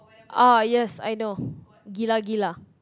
oh yes I know Gila Gila